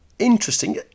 interesting